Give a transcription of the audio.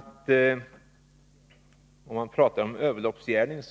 Talet om överloppsgärning